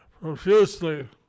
profusely